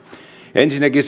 ensinnäkin